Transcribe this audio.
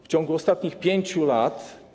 W ciągu ostatnich 5 lat.